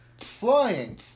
flying